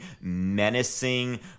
menacing